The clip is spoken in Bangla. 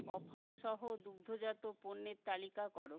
অফারসহ দুগ্ধজাত পণ্যের তালিকা করো